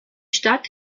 stadt